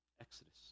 Exodus